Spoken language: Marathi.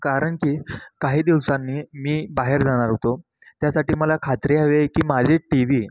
कारण की काही दिवसांनी मी बाहेर जाणार होतो त्यासाठी मला खात्री हवीय की माझी टी वी